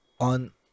on